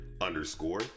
underscore